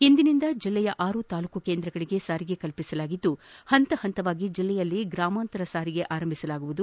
ಇಂದಿನಿಂದ ಜಿಲ್ಲೆಯ ಆರೂ ತಾಲೂಕು ಕೇಂದ್ರಗಳಿಗೆ ಸಾರಿಗೆ ಕಲ್ಲಿಸಲಾಗಿದ್ದು ಹಂತವಾಗಿ ಜಿಲ್ಲೆಯಲ್ಲಿ ಗ್ರಾಮಾಂತರ ಸಾರಿಗೆ ಆರಂಭಿಸಲಾಗುವುದು